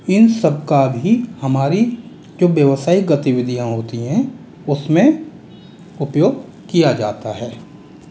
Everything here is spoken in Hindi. इन सबका भी हमारी जो व्यवसायीक गतिविधियाँ होती हैं उसमें उपयोग किया जाता है